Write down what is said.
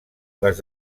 les